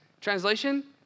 Translation